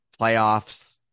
playoffs